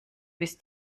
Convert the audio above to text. bis